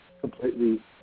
completely